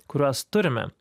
kuriuos turime